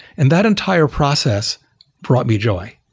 and that entire process brought me joy.